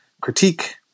critique